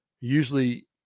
usually